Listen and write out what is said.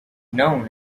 known